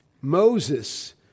Moses